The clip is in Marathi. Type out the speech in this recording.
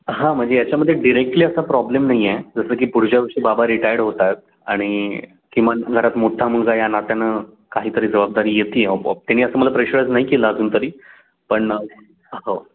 हां म्हणजे याच्यामध्ये डिरेक्टली असा प्रॉब्लेम नाही आहे जसं की पुढच्या वर्षी बाबा रिटायर्ड होतात आणि किमान घरात मोठा मुलगा या नात्यानं काहीतरी जबाबदारी येते आहे आपोआप त्याने असं मला प्रेशराइज नाही केलं अजून तरी पण हो